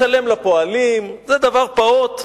לשלם לפועלים זה דבר פעוט,